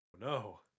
No